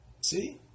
See